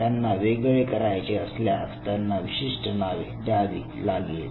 त्यांना वेगळे करायचे असल्यास त्यांना विशिष्ट नावे द्यावी लागेल